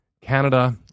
Canada